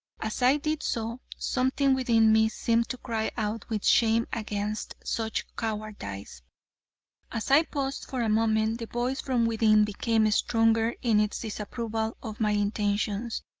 as i did so, something within me seemed to cry out with shame against such cowardice. as i paused for a moment, the voice from within became stronger in its disapproval of my intentions.